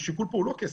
השיקול פה הוא לא כסף.